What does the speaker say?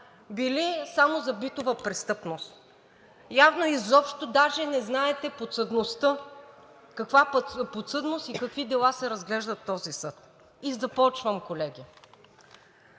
бил само за битова престъпност, а явно изобщо даже не знаете каква подсъдност и какви дела се разглеждат в този съд. Започвам, колеги,